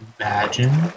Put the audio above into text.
Imagine